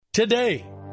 Today